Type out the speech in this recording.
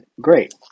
great